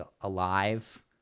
alive